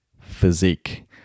physique